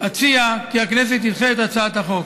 אציע כי הכנסת תדחה את הצעת החוק.